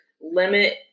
limit